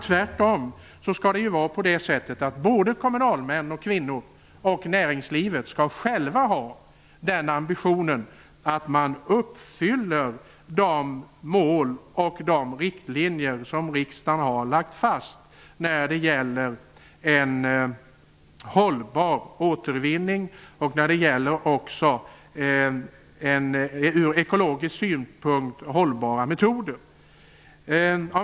Tvärtom skall kommunalpolitiker och näringslivet själva ha den ambitionen att man uppfyller de mål och följer de riktlinjer som riksdagen har lagt fast när det gäller en hållbar återvinning och ur ekologisk synpunkt hållbara metoder.